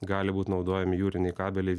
gali būt naudojami jūriniai kabeliai